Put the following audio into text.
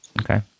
Okay